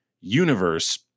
universe